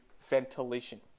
ventilation